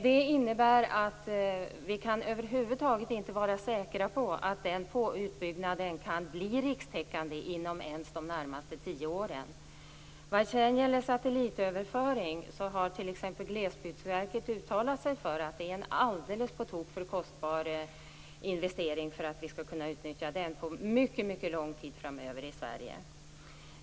Det innebär att vi över huvud taget inte kan vara säkra på att den utbyggnaden kan bli rikstäckande ens inom de närmaste tio åren. Vad gäller satellitöverföring har t.ex. Glesbygdsverket uttalat att det är en alldeles på tok för kostbar investering för att den skall kunna utnyttjas på mycket lång tid framöver i Sverige.